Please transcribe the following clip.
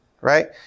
right